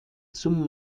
zum